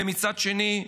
ומצד שני,